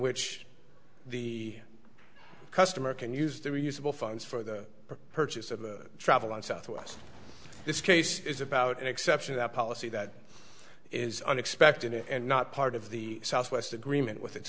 which the customer can use the reusable funds for the purchase of travel on southwest this case is about an exception that policy that is unexpected and not part of the southwest agreement with its